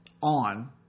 on